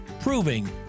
proving